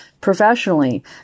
professionally